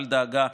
אל דאגה,